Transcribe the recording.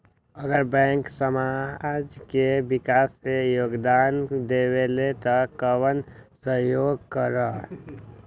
अगर बैंक समाज के विकास मे योगदान देबले त कबन सहयोग करल?